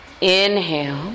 Inhale